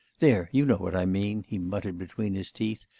there, you know what i mean he muttered between his teeth.